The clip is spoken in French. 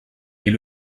est